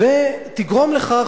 ותגרום לכך